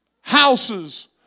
houses